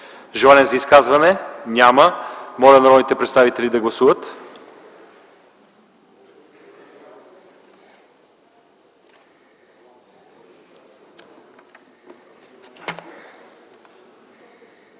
Желания за изказвания? Няма. Моля народните представители да гласуват